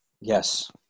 Yes